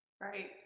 Right